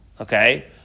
okay